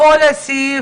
זה יסייע